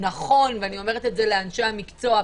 ואני אומרת את זה לאנשי המקצוע פה,